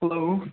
hello